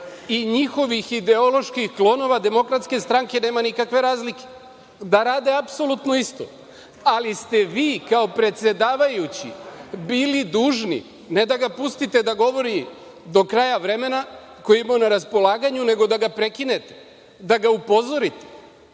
i njihovih ideoloških klonova DS nema nikakve razlike, da rade apsolutno isto. Ali ste vi kao predsedavajući bili dužni ne da ga pustite da govori do kraja vremena koje je imao na raspolaganju, nego da ga prekinete, da ga upozorite.Međutim,